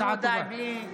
הצעה טובה.